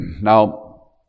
Now